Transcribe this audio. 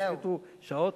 שיפחיתו שעות,